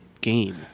game